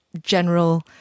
General